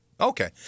okay